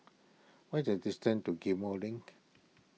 what the distance to Ghim Moh Link